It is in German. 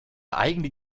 eigene